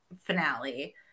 finale